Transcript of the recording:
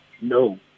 no